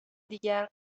دیگر